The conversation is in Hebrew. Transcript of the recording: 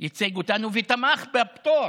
ייצג אותנו ותמך בפטור